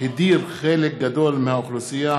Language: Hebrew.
הדיר חלק גדול מהאוכלוסייה.